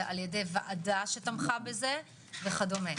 על-ידי ועדה שתמכה בזה וכדומה.